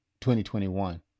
2021